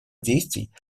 действий